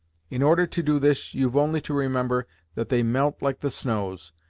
in order to do this you've only to remember that they melt like the snows,